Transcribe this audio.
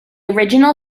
original